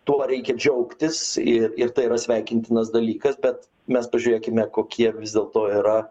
tuo reikia džiaugtis ir ir tai yra sveikintinas dalykas bet mes pažiūrėkime kokie vis dėlto yra